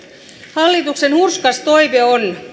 hallituksen hurskas toive on